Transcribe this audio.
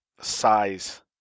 size